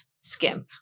skimp